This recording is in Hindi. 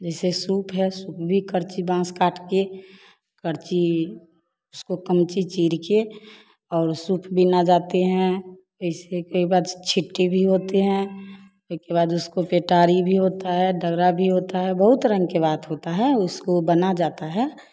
जैसे सूप है सूप भी कर्ची बाँस काट के कर्ची उसको कर्ची चीर के और सूप बिना जातें हैं जैसे कई बार छिट्टी भी होते हैं एक के बाद उसको पेटारी भी होता है दर्रा भी होता है बहुत रंग का बाध होता है उसको बना जाता है